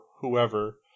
whoever